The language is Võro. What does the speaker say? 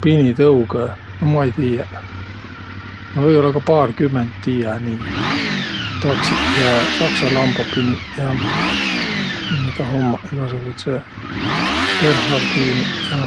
Pinitõugõ? No ma ei tiiäq. No või-ollaq ka paarkümmend tiiä nii: taksiq ja s'aksa lambapiniq ja, mis nä tah ummaq egäsugudsõq bernhardiiniq ja,